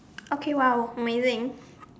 okay !wow! amazing